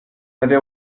avait